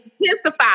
intensify